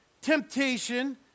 Temptation